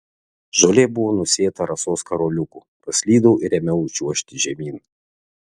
žolė buvo nusėta rasos karoliukų paslydau ir ėmiau čiuožti žemyn